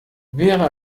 wäre